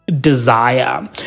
desire